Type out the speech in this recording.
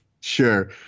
Sure